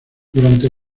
durante